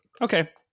okay